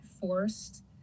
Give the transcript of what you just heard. forced